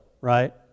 right